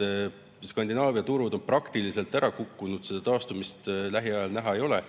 et Skandinaavia turud on praktiliselt ära kukkunud, taastumist lähiajal näha ei ole.